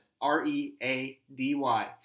R-E-A-D-Y